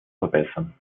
verbessern